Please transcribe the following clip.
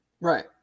Right